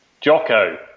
Jocko